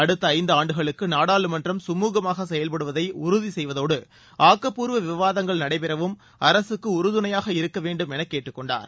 அடுத்த ஐந்தாண்டுகளுக்கு நாடாளுமன்றம் கமுகமாக செயல்படுவதை உறுதி செய்வதோடு ஆக்கப்பூர்வ விவாதங்கள் நடைபெறவும் அரசுக்கு உறுதுணையாக இருக்க வேண்டும் என கேட்டுக் கொண்டார்